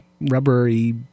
rubbery